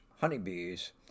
honeybees